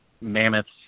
mammoths